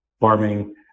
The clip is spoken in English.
farming